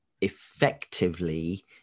effectively